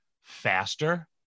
faster